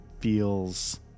Feels